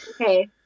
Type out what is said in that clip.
Okay